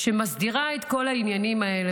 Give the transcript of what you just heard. שמסדירה את כל העניינים האלה,